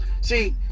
See